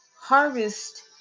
harvest